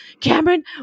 Cameron